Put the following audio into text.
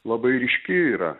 labai ryški yra